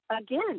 again